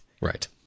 Right